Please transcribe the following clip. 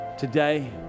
Today